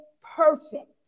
perfect